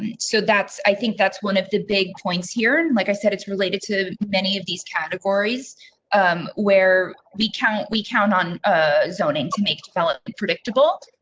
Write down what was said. and so that's i think that's one of the big points here. like i said, it's related to many of these categories um where we count, we count on zoning to make develop predictable.